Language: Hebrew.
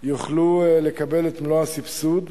יוכלו לקבל את מלוא הסבסוד.